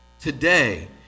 today